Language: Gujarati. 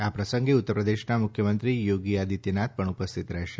આ પ્રસંગે ઉત્તર પ્રદેશના મુખ્યમંત્રી યોગી આદિત્યનાથ પણ ઉપસ્થિત રહેશે